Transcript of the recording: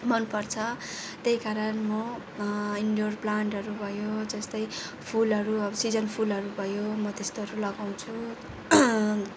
मनपर्छ त्यही कारण म इन्डोर प्लान्टहरू भयो जस्तै फुलहरू सिजन फुलहरू भयो म त्यस्तोहरू लगाउँछु